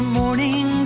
morning